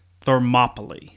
Thermopylae